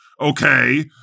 Okay